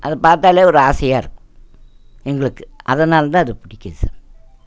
அதை பார்த்தாலே ஒரு ஆசையாகருக்கும் எங்களுக்கு அதனால் தான் அது பிடிக்கிது சார்